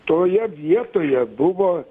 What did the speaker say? toje vietoje buvo